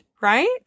right